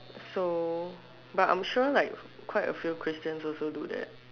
so but I'm sure like quite a few Christians also do that